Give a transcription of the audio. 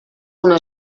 una